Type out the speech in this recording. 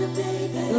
baby